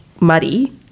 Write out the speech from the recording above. muddy